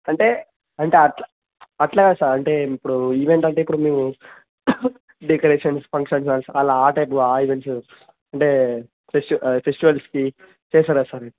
అంటే అంటే అట్ అట్ల కాదు సార్ అంటే ఇప్పుడు ఈవెంట్ అంటే ఇప్పుడు మేము డెకరేషన్స్ ఫంక్షన్స్ అలా ఆ టైప్గా ఆ ఈవెంట్స్ అంటే ఫ్రెష్ ఫెస్టివల్స్కి చేస్తారు కదా సార్